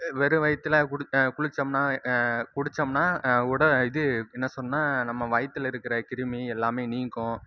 வெறும் வயிற்றுல குடி குடிச்சம்னா குடிச்சோம்னா உடல் இது என்ன நம்ம வயிற்றுல இருக்கிற கிருமி எல்லாம் நீங்கும்